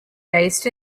based